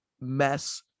mess